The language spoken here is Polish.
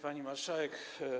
Pani Marszałek!